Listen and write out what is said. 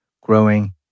growing